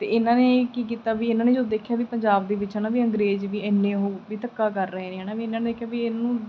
ਅਤੇ ਇਹਨਾਂ ਨੇ ਕੀ ਕੀਤਾ ਵੀ ਇਹਨਾਂ ਨੇ ਜਦੋਂ ਦੇਖਿਆ ਵੀ ਪੰਜਾਬ ਦੇ ਵਿੱਚ ਹੈ ਨਾ ਵੀ ਅੰਗਰੇਜ਼ ਵੀ ਇੰਨੇ ਉਹ ਵੀ ਧੱਕਾ ਕਰ ਰਹੇ ਨੇ ਹੈ ਨਾ ਵੀ ਇਹਨਾਂ ਨੇ ਕਿਹਾ ਵੀ ਇਹਨਾਂ ਨੂੰ